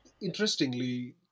Interestingly